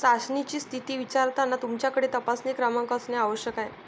चाचणीची स्थिती विचारताना तुमच्याकडे तपासणी क्रमांक असणे आवश्यक आहे